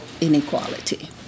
inequality